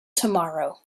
tomorrow